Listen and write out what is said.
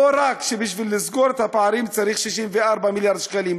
לא רק שבשביל לסגור את הפערים צריך 64 מיליארד שקלים,